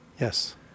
Yes